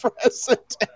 president